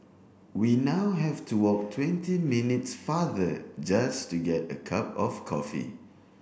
we now have to walk twenty minutes farther just to get a cup of coffee